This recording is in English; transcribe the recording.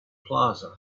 plaza